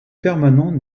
permanent